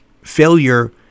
failure